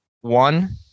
one